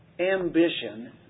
Ambition